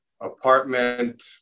apartment